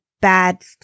bad